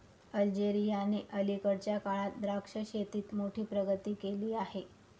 अल्जेरियाने अलीकडच्या काळात द्राक्ष शेतीत मोठी प्रगती केली आहे